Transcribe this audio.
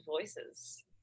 voices